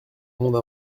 monde